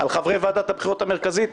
על חברי ועדת הבחירות המרכזית.